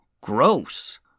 Gross